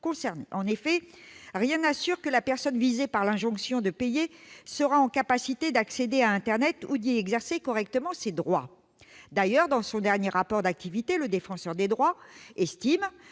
En effet, rien n'assure que la personne visée par l'injonction de payer sera en capacité d'accéder à internet ou d'y exercer correctement ses droits. Dans son dernier rapport d'activité, le Défenseur des droits estime